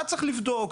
היה צריך לבדוק.